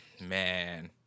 man